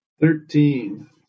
Thirteen